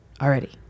already